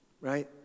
right